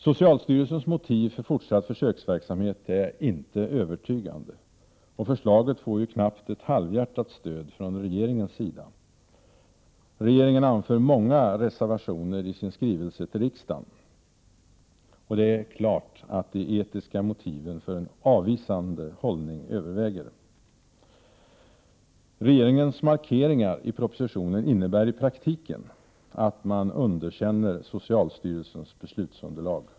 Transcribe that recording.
Socialstyrelsens motiv för fortsatt försöksverksamhet är inte övertygande. Förslaget får knappt ett halvhjärtat stöd från regeringen. I regeringens skrivelse till riksdagen finns många reservationer. De etiska motiven för en avvisande hållning överväger. Regeringens markeringar i propositionen innebär i praktiken att man underkänner socialstyrelsens beslutsunderlag.